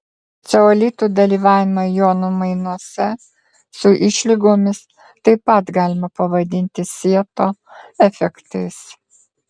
ceolitų dalyvavimą jonų mainuose su išlygomis taip pat galima pavadinti sieto efektais